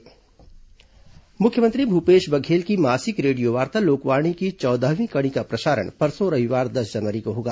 लोकवाणी मुख्यमंत्री भूपेश बघेल की मासिक रेडियोवार्ता लोकवाणी की चौदहवीं कड़ी का प्रसारण परसों रविवार दस जनवरी को होगा